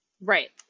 Right